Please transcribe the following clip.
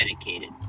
dedicated